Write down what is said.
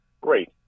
Great